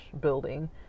building